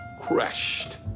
crashed